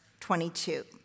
22